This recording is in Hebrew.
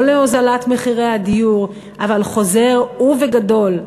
ולא להורדת מחירי הדיור, אבל חוזר, ובגדול,